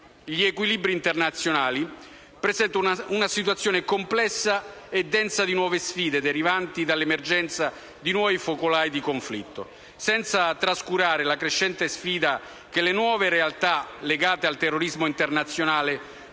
gli equilibri internazionali presentano una situazione complessa e densa dì nuove sfide derivanti dall'emergere di nuovi focolai di conflitto. Senza trascurare la crescente sfida che le nuove realtà legate al terrorismo internazionale